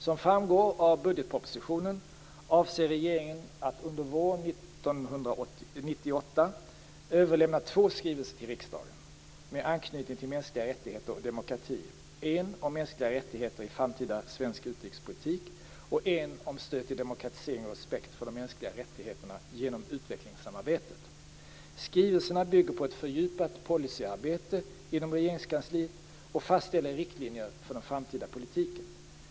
Som framgår av budgetpropositionen avser regeringen att under våren 1998 överlämna två skrivelser till riksdagen med anknytning till mänskliga rättigheter och demokrati: en om mänskliga rättigheter i framtida svensk utrikespolitik och en om stöd till demokratisering och respekt för de mänskliga rättigheterna genom utvecklingssamarbetet. Skrivelserna bygger på ett fördjupat policyarbete inom Regeringskansliet och fastställer riktlinjer för den framtida politiken.